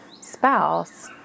spouse